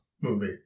movie